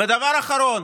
ודבר אחרון,